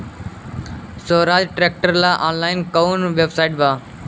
सोहराज tractor ला online कोउन website बा?